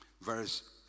verse